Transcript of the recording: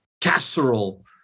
casserole